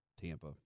Tampa